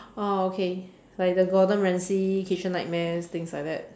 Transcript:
ah okay like the Gordan-Ramsey kitchen nightmares things like that